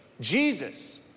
Jesus